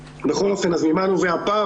ממה נובע הפער?